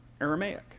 Aramaic